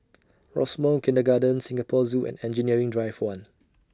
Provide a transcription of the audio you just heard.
Rosemount Kindergarten Singapore Zoo and Engineering Drive one